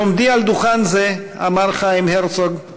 בעומדי על דוכן זה, אמר חיים הרצוג,